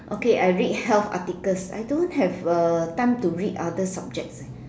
okay I read health articles I don't have uh time to read other subjects